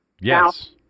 Yes